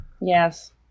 Yes